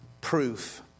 proof